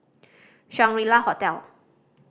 Shangri La Hotel